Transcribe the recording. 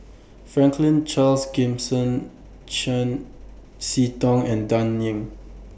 Franklin Charles Gimson Chiam See Tong and Dan Ying